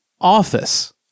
Office